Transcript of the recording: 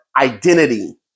identity